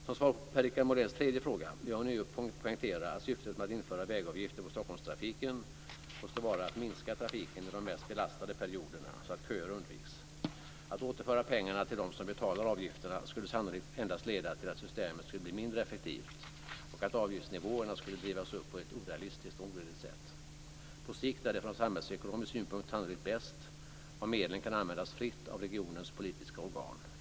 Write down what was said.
Som svar på Per-Richard Moléns tredje fråga vill jag ånyo poängtera att syftet med att införa vägavgifter på Stockholmstrafiken måste vara att minska trafiken under de mest belastade perioderna så att köer undviks. Att återföra pengarna till dem som betalar avgifterna skulle sannolikt endast leda till att systemet skulle bli mindre effektivt och till att avgiftsnivåerna skulle drivas upp på ett orealistiskt och onödigt sätt. På sikt är det från samhällsekonomisk synpunkt sannolikt bäst om medlen kan användas fritt av regionens politiska organ.